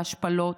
ההשפלות,